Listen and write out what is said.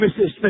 Mrs